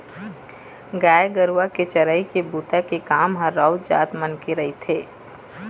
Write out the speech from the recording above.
गाय गरुवा के चरई के बूता के काम ह राउत जात मन के रहिथे